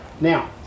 Now